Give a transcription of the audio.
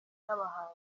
n’abahanzi